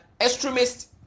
extremists